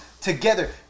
together